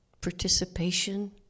participation